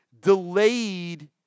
delayed